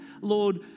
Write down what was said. Lord